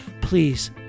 please